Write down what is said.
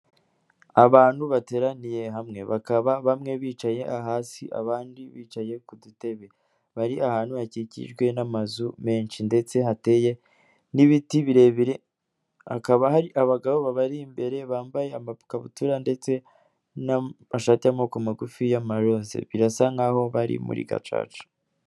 Abantu bateraniye hamwe bakaba bamwe bicaye hasi abandi bicaye ku dutebe, bari ahantu hakikijwe n'amazu menshi ndetse hateye n'ibiti birebire; hakaba hari abagabo babari imbere bambaye amakabutura ndetse n'amashati y'amaboko magufiya y'amarose; birasa nkaho bari muri gacaca.